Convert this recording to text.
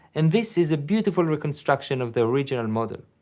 and this is a beautiful reconstruction of the original model.